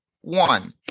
one